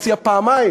הציע פעמיים,